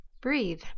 Breathe